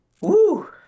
Woo